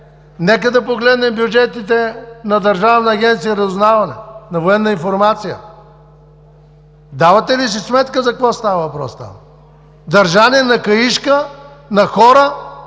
Нека да погледнем бюджетите на Държавна агенция „Разузнаване“, на Военна информация. Давате ли си сметка за какво става въпрос там? Държане на каишка на хора,